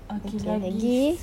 okay lagi